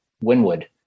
Winwood